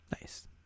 Nice